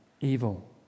evil